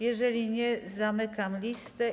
Jeżeli nie, zamykam listę.